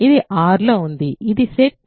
ఇది R లో ఉంది ఇది సెట్ Iలో ఉంది